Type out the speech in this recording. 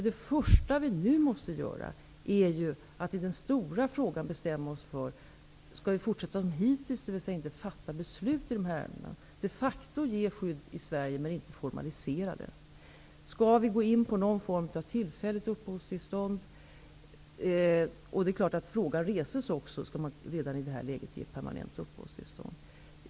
Det första som vi nu måste göra är ju att i den stora frågan bestämma oss för om vi skall fortsätta som hittills, dvs. inte fatta beslut i dessa ärenden, alltså de facto ge skydd i Sverige men inte formalisera det, eller om vi skall gå in på någon form av tillfälligt uppehållstillstånd. Det är klart att frågan reses om huruvida man redan i detta läge skall ge permanent uppehållstillstånd.